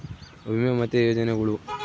ವಿಮೆ ಮತ್ತೆ ಯೋಜನೆಗುಳು